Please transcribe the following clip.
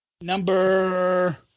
Number